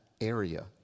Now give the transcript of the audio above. area